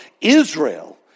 Israel